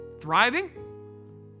thriving